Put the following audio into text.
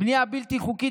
בנייה בלתי חוקית,